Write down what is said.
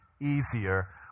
easier